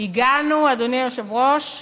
הגענו, אדוני היושב-ראש,